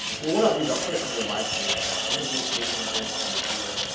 well what i'll do is. i'll put it under livestream right now, so i'm gonna move patreon voice down here